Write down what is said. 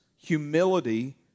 humility